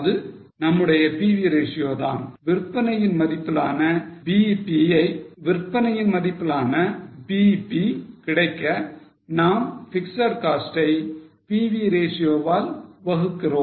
அது நம்முடைய PV ratio தான் விற்பனையின் மதிப்பிலான BEP கிடைக்க நாம் பிக்ஸட் காஸ்ட் ஐ PV ratio வால் வகுகிறோம்